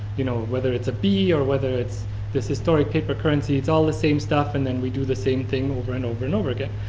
you know, whether it's a bee or whether it's historic paper currency, it's all the same stuff and and we do the same thing over and over and over again.